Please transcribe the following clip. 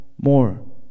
more